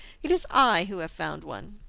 it is i who have found one,